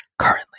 currently